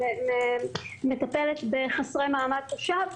שמטפלת בחסרי מעמד תושב,